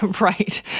Right